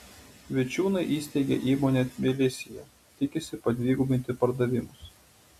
vičiūnai įsteigė įmonę tbilisyje tikisi padvigubinti pardavimus